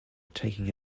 taking